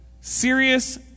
Serious